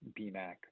BMAC